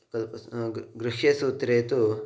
कल्पे तु ग् गृह्यसूत्रे तु